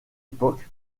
époque